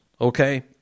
okay